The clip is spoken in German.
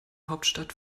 hauptstadt